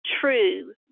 true